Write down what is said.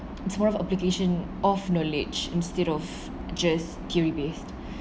it's more application of knowledge instead of just theory based